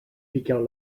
piqueu